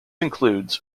includes